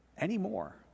anymore